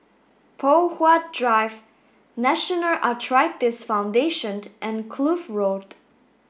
Poh Huat Drive National Arthritis Foundation and Kloof Road